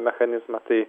mechanizmą tai